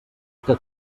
que